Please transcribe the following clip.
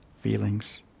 feelings